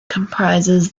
comprises